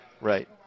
Right